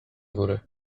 góry